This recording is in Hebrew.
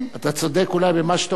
אתה צודק אולי במה שאתה אומר,